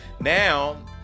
Now